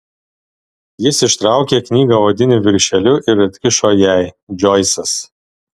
jis ištraukė knygą odiniu viršeliu ir atkišo jai džoisas